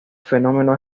fenómeno